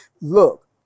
look